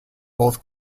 both